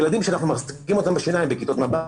ילדים שאנחנו מחזיקים אותם בשיניים בכיתות מב"ר,